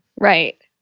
Right